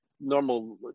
normal